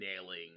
nailing